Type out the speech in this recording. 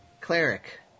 Cleric